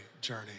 journey